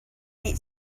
nih